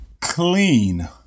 Clean